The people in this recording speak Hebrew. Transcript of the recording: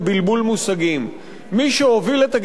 מי שהוביל את הגירעון התקציבי הגדול ביותר